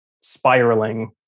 spiraling